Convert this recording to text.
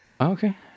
Okay